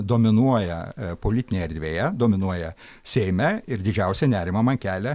dominuoja politinėje erdvėje dominuoja seime ir didžiausią nerimą man kelia